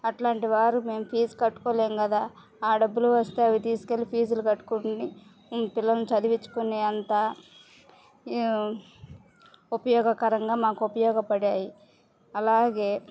అట్లాంటి వారు మేము ఫీజు కట్టుకోలేము కదా ఆ డబ్బులు వస్తే అవి తీసుకు వెళ్లి ఫీజులు కట్టుకొని పిల్లల్ని చదివించుకునే అంత ఉపయోగకరంగా మాకు ఉపయోగపడ్డాయి అలాగే